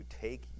take